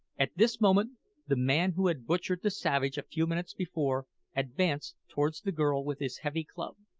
at this moment the man who had butchered the savage a few minutes before advanced towards the girl with his heavy club.